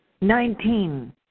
Nineteen